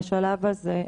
בשלב הזה,